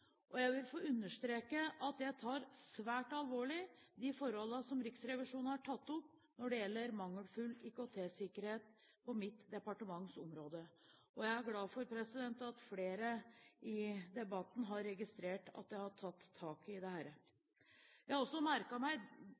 og jeg vil få understreke at jeg tar svært alvorlig de forholdene som Riksrevisjonen har tatt opp når det gjelder mangelfull IKT-sikkerhet på mitt departements område. Jeg er glad for at flere i debatten har registrert at jeg har tatt tak i dette. Jeg har også merket meg